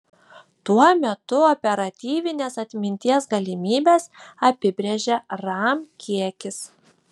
tuo metu operatyvinės atminties galimybes apibrėžia ram kiekis